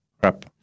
crap